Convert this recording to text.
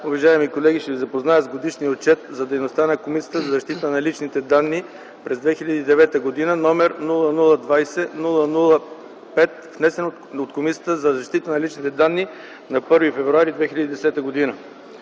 Уважаеми колеги, ще Ви запозная с Годишния отчет за дейността на Комисията за защита на личните данни през 2009 г., № 0020-005, внесен от Комисията за защита на личните данни на 1 февруари 2010 г.